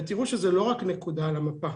אתם תראו שזה לא רק נקודה על המפה,